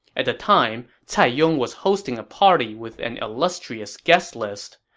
at the time, cai yong was hosting a party with an illustrious guest list.